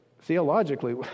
theologically